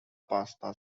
pasta